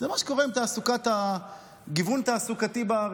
זה מה שקורה עם גיוון תעסוקתי בארץ.